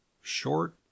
short